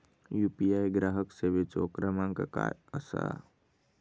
UPI ग्राहक सेवेचो क्रमांक काय असा?